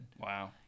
Wow